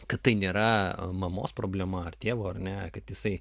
kad tai nėra mamos problema ar tėvo ar ne kad jisai